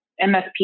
MSP